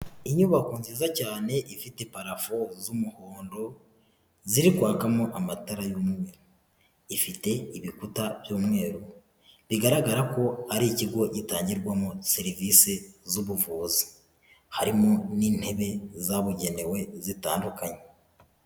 Inyubako nziza cyane ifite parafo z'umuhondo, ziri kwakamo amatara y'umweru, ifite ibikuta by'umweru, bigaragara ko ari ikigo gitangirwamo serivisi z'ubuvuzi, harimo n'intebe zabugenewe zitandukanye.